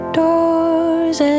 doors